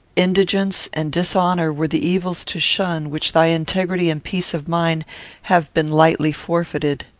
indigence and dishonour were the evils to shun which thy integrity and peace of mind have been lightly forfeited.